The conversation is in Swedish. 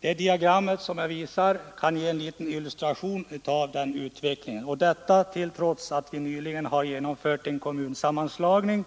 Det diagram som jag visar på bildskärmen kan ge en illustration av utvecklingen. Länsstyrelsens fördelning har skett trots att vi nyligen har genomfört en kommunsammanslagning,